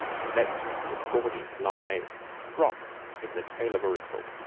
and let the gaudy fly drop in the tail of a riffle.